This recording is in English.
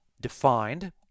defined